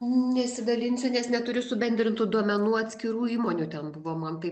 nesidalinsiu nes neturiu subendrintų duomenų atskirų įmonių ten buvo man taip